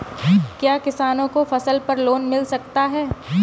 क्या किसानों को फसल पर लोन मिल सकता है?